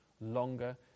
longer